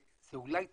זה אולי צודק,